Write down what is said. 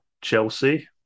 Chelsea